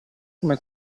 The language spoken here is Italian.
come